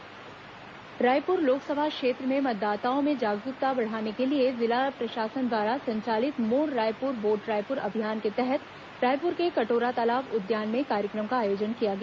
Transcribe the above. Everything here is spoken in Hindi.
मतदाता जागरूकता कार्यक्रम रायपुर लोकसभा क्षेत्र में मतदाताओं में जागरूकता बढ़ाने के लिए जिला प्रशासन द्वारा संचालित मोर रायपुर वोट रायपुर अभियान के तहत रायपुर के कटोरा तालाब उद्यान में कार्यक्रम का आयोजन किया गया